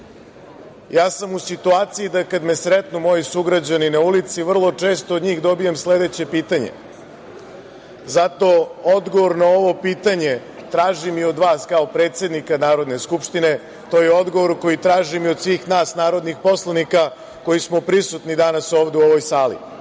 sam u situaciji da, kada me sretnu moju sugrađani na ulici, vrlo često od njih dobijam sledeće pitanje. Zato odgovor na ovo pitanje tražim i od vas kao predsednika Narodne skupštine. To je odgovor koji tražim i od svih nas narodnih poslanika koji smo prisutni danas ovde u ovoj sali.